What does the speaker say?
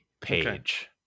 page